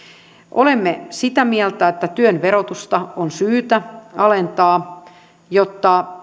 olemme sitä mieltä että työn verotusta on syytä alentaa jotta